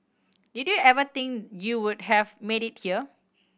did you ever think you would have made it here